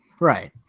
right